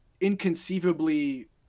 Inconceivably